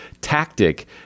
tactic